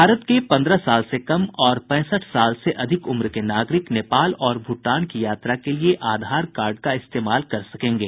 भारत के पन्द्रह साल से कम और पैंसठ साल से अधिक उम्र के नागरिक नेपाल और भूटान की यात्रा के लिए आधार कार्ड का इस्तेमाल कर सकेंगे